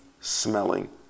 smelling